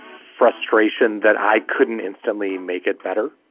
frustration that i couldn't instantly make it better.